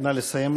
נא לסיים,